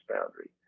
Boundary